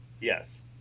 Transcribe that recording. Yes